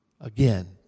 again